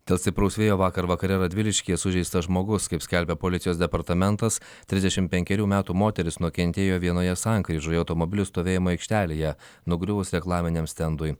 dėl stipraus vėjo vakar vakare radviliškyje sužeistas žmogus kaip skelbia policijos departamentas trisdešimt penkerių metų moteris nukentėjo vienoje sankryžoje automobilių stovėjimo aikštelėje nugriuvus reklaminiam stendui